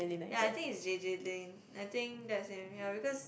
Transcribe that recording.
ya I think is J_J-Lin I think that's same ya because